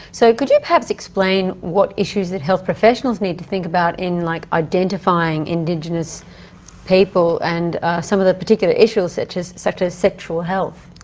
so could you perhaps explain what issues health professionals need to think about in like identifying indigenous people and some of the particular issues, such as sexual sexual health?